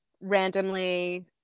randomly